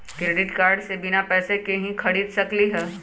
Credit card से बिना पैसे के ही खरीद सकली ह?